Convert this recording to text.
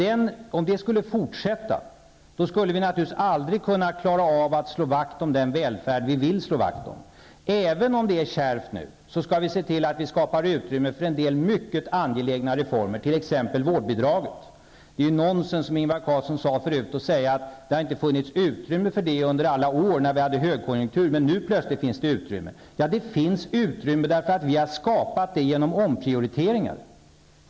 Om detta fortsatte skulle vi naturligtvis aldrig klara av att slå vakt om den välfärd som vi vill slå vakt om. Även om det är kärvt nu skall vi se till att vi skapar utrymme för en del mycket angelägna reformer, t.ex. vårdbidraget. Det är nonsens att säga, som Ingvar Carlsson förut gjorde, att det inte har funnits utrymme för det under alla år när vi hade högkonjunktur men att det nu plötsligt finns utrymme. Ja det finns utrymme därför att vi har skapat det genom omprioriteringar.